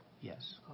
Yes